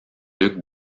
luc